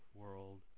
world